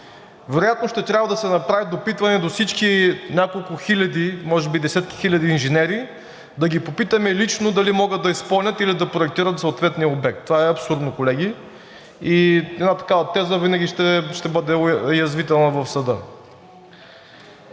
Вероятно ще трябва да се направи допитване до всички няколко хиляди, може би десетки хиляди инженери, да ги попитаме лично дали могат да изпълнят, или да проектират съответния обект. Това е абсурдно, колеги, и една такава теза винаги ще бъде уязвима в съда.